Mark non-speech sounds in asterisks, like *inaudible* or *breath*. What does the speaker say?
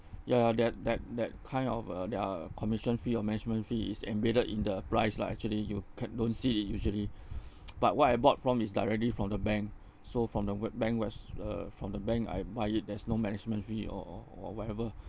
ya that that that kind of uh their commission fee or management fee is embedded in the price lah actually you can don't see it usually *breath* *noise* but what I bought from is directly from the bank so from the w~ bank wes~ uh from the bank I buy it there's no management fee or or or whatever